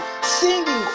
singing